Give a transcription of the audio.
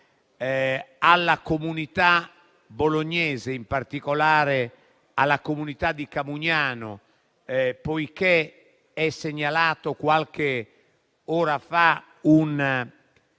alla comunità bolognese, in particolare alla comunità di Camugnano. È stato infatti segnalato qualche ora fa un